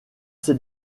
c’est